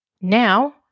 Now